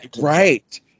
Right